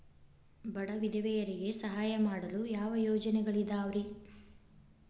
ಬಡ ವಿಧವೆಯರಿಗೆ ಸಹಾಯ ಮಾಡಲು ಯಾವ ಯೋಜನೆಗಳಿದಾವ್ರಿ?